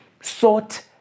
sought